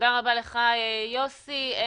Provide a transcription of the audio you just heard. אנחנו